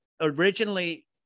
originally